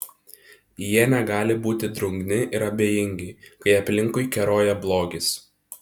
jie negali būti drungni ir abejingi kai aplinkui keroja blogis